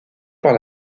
par